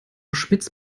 schmitz